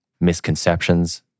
misconceptions